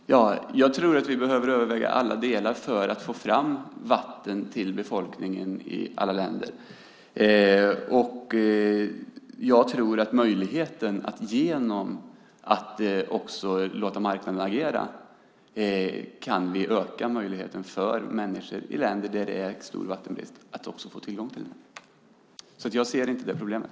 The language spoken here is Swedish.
Fru talman! Jag tror att vi behöver överväga alla delar för att få fram vatten till befolkningen i alla länder. Och jag tror att vi genom att också låta marknaden agera kan öka möjligheten för människor i länder där det är stor vattenbrist att få tillgång till vatten. Jag ser alltså inte det problemet.